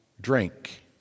drink